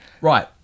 Right